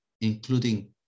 including